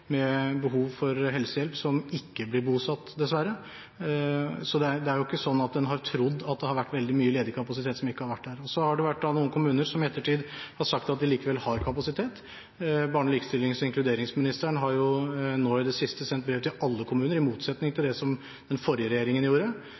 med behov for helsehjelp som ikke blir bosatt, dessverre. Det er ikke sånn at en har trodd at det har vært veldig mye ledig kapasitet som ikke har vært der. Så har det vært noen kommuner som i ettertid har sagt at de likevel har kapasitet – barne-, likestillings- og inkluderingsministeren har nå i det siste sendt brev til alle kommuner, i motsetning til